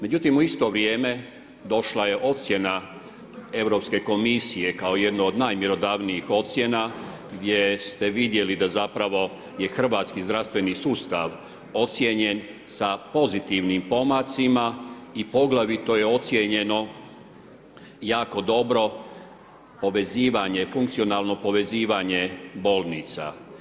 Međutim, u isto vrijeme došla je ocjena Europske komisije, kao jedno od najmjerodavnijih ocjena, gdje ste vidjeli da zapravo je hrvatski zdravstveni sustav ocijenjen sa pozitivnim pomacima i poglavito je ocijenjeno jako dobro povezivanje, funkcionalno povezivanje bolnica.